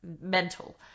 mental